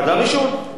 חדר עישון.